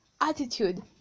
attitude